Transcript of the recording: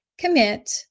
commit